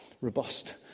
robust